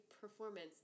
performance